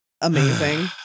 Amazing